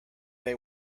they